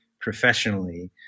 professionally